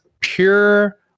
pure